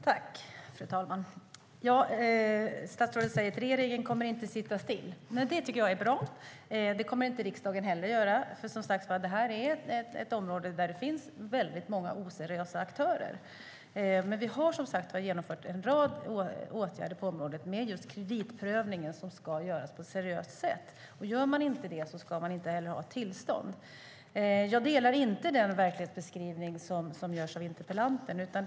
Fru talman! Statsrådet säger att regeringen inte kommer att sitta still. Det är bra. Det kommer inte riksdagen heller att göra eftersom detta är ett område där det finns väldigt många oseriösa aktörer. Men vi har genomfört en rad åtgärder på området, till exempel just kreditprövningen som ska göras på ett seriöst sätt. Om man inte gör det ska man inte heller ha tillstånd. Jag delar inte den verklighetsbeskrivning som interpellanten ger.